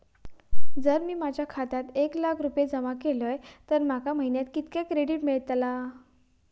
जर मी माझ्या खात्यात एक लाख रुपये जमा केलय तर माका महिन्याक कितक्या क्रेडिट मेलतला?